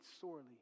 sorely